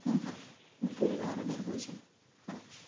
हां हां पूर्व ऑर्डर भोजन हां